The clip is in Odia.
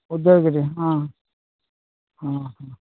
ଉଦୟଗିରି ହଁ ହଁ ହଁ